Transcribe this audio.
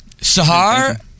Sahar